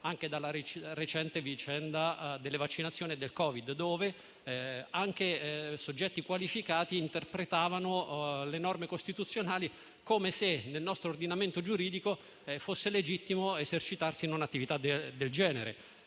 anche dalla recente vicenda delle vaccinazioni e del Covid, in cui anche soggetti qualificati interpretavano le norme costituzionali come se nel nostro ordinamento giuridico fosse legittimo esercitarsi in un'attività del genere.